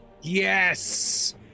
Yes